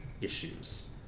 issues